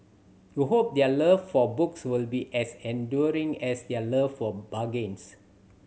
we hope their love for books will be as enduring as their love for bargains